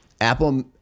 Apple